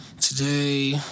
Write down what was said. today